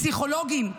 פסיכולוגים,